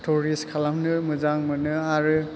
tourist खालामनो मोजां मोनो आरो